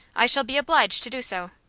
i shall be obliged to do so.